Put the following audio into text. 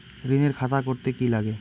ঋণের খাতা করতে কি লাগে?